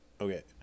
Okay